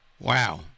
Wow